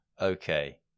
Okay